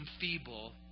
feeble